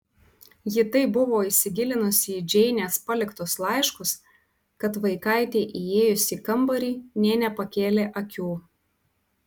ji taip buvo įsigilinusi į džeinės paliktus laiškus kad vaikaitei įėjus į kambarį nė nepakėlė akių